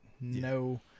No